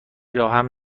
راهم